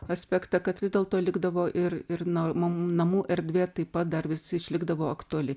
aspektą kad vis dėlto likdavo ir ir normom namų erdvė taip pat dar vis išlikdavo aktuali